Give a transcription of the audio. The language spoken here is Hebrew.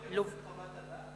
לוב, אפשר לראות את חוות הדעת?